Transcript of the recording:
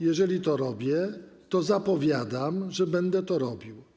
Jeżeli to robię, to zapowiadam, że będę to robił.